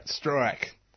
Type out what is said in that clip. Strike